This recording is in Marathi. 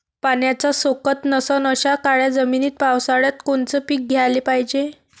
पाण्याचा सोकत नसन अशा काळ्या जमिनीत पावसाळ्यात कोनचं पीक घ्याले पायजे?